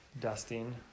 dusting